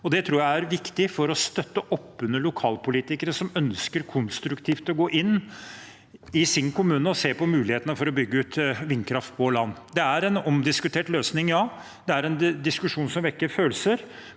Det tror jeg er viktig for å støtte oppunder lokalpolitikere som i sin kommune ønsker konstruktivt å gå inn og se på mulighetene for å bygge ut vindkraft på land. Det er en omdiskutert løsning, ja. Det er en diskusjon som vekker følelser,